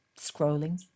scrolling